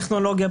טכנולוגיה,